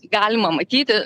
galima matyti